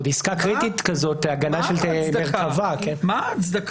ועוד עסקה קריטית כזאת, הגנה של מרכבה, כן?